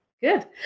Good